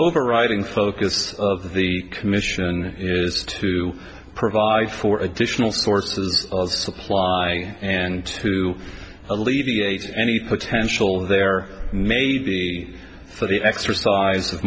overriding focus of the commission is to provide for additional sources of supply and to alleviate any potential there may be for the exercise of